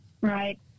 Right